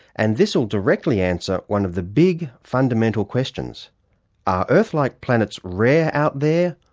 and this will directly answer one of the big fundamental questions are earth like planets rare out there,